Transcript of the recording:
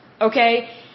okay